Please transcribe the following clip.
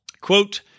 quote